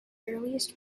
earliest